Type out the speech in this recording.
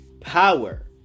power